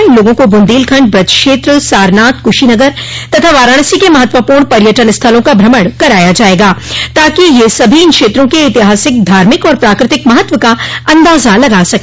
इन लागों को बुन्देलखंड ब्रज क्षेत्र सारनाथ कुशीनगर तथा वाराणसी के महत्वपूर्ण पर्यटन स्थलों का भ्रमण कराया जायेगा ताकि यह सभी इन क्षेत्रों के ऐतिहासिक धार्मिक और प्राकृतिक महत्व का अंदाजा लगा सके